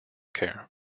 care